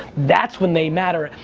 that's when they matter.